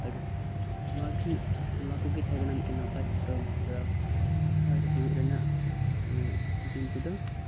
ᱟᱨ ᱱᱚᱶᱟ ᱜᱮ ᱱᱚᱶᱟ ᱠᱚᱜᱮ ᱛᱟᱦᱮᱸ ᱠᱟᱱᱟ ᱢᱤᱫ ᱴᱮᱱ ᱱᱟᱯᱟᱭ ᱯᱷᱳᱴᱳ ᱜᱨᱟᱯᱷᱟᱨ ᱦᱳᱭᱳᱜ ᱨᱮᱱᱟᱜ ᱮᱫ ᱜᱩᱱ ᱠᱚᱫᱚ